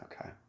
Okay